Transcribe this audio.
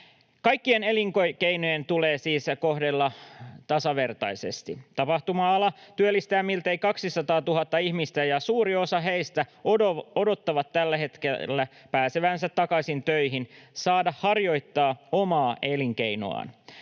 Kaikkia elinkeinoja tulee siis kohdella tasavertaisesti. Tapahtuma-ala työllistää miltei 200 000 ihmistä, ja suuri osa heistä odottaa tällä hetkellä pääsevänsä takaisin töihin saadakseen harjoittaa omaa elinkeinoaan.